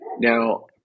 Now